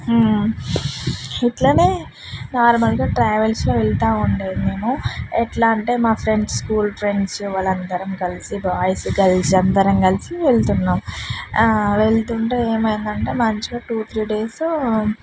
ఇట్లానే నార్మల్గా ట్రావెల్స్లో వెళ్తా ఉండేది మేము ఎట్లా అంటే మా ఫ్రెండ్స్ స్కూల్ ఫ్రెండ్స్ వాళ్ళందరం కలిసి బాయ్స్ గల్స్ అందరం కలిసి వెళ్తున్నాం వెళ్తుంటే ఏమైందంటే మంచిగా టూ త్రీ డేసు